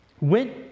went